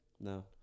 No